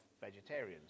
vegetarians